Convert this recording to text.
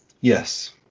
Yes